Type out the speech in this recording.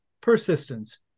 persistence